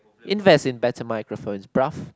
invest in better microphone bruh